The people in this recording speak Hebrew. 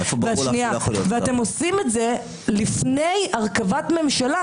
ואתם עושים את זה לפני הרכבת ממשלה,